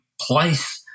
place